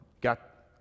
Got